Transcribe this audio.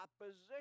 opposition